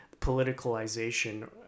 politicalization